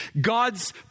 God's